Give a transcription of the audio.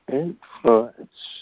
influence